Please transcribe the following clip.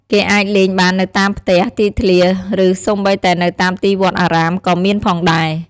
គេអាចលេងបាននៅតាមផ្ទះ ទីធ្លា ឬសូម្បីតែនៅតាមទីវត្តអារាមក៏មានផងដែរ។